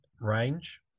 range